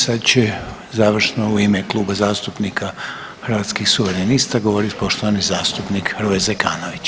Sada će završno u ime Kluba zastupnika Hrvatskih suverenista govoriti poštovani zastupnik Hrvoje Zekanović.